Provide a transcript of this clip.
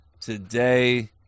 today